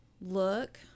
look